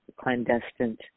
clandestine